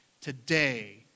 Today